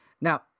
Now